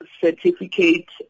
certificate